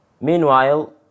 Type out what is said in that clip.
Meanwhile